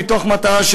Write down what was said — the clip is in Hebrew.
מתוך מטרה,